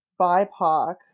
BIPOC